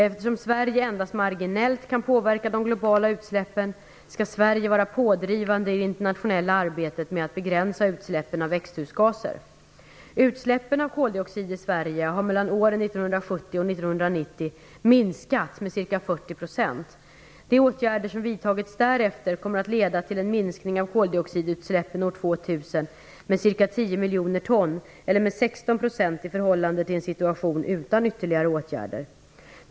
Eftersom Sverige endast marginellt kan påverka de globala utsläppen skall Sverige vara pådrivande i det internationella arbetet med att begränsa utsläppen av växthusgaser. Utsläppen av koldioxid i Sverige har mellan åren 1970 och 1990 minskat med ca 40 %. De åtgärder som vidtagits därefter kommer att leda till en minskning av koldioxidutsläppen år 2000 med ca 10 miljoner ton, eller med 16 % i förhållande till en situation utan ytterligare åtgärder.